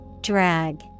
Drag